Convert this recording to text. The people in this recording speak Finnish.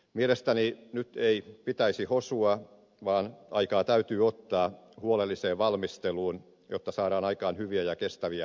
mielestäni nyt ei pitäisi hosua vaan aikaa täytyy ottaa huolelliseen valmisteluun jotta saadaan aikaan hyviä ja kestäviä ratkaisuja